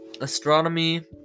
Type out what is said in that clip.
astronomy